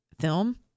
film